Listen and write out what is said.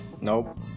Nope